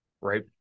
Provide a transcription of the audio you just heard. right